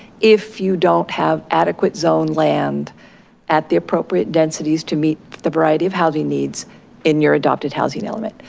if you don't have adequate zoned land at the appropriate densities to meet the variety of housing needs in your adopted housing and element.